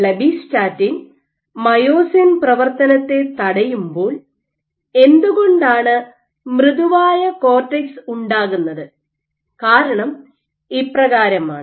blebbistatin myosin പ്രവർത്തനത്തെ തടയുമ്പോൾ എന്തുകൊണ്ടാണ് മൃദുവായ കോർട്ടെക്സ് ഉണ്ടാകുന്നത് കാരണം ഇപ്രകാരമാണ്